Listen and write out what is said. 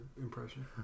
impression